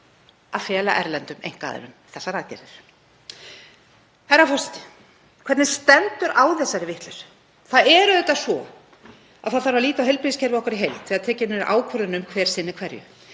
að fela erlendum einkaaðilum þessar aðgerðir. Herra forseti. Hvernig stendur á þessari vitleysu? Það er auðvitað svo að það þarf að líta á heilbrigðiskerfið okkar í heild þegar tekin er ákvörðun um hver sinnir hverju.